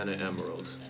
Emerald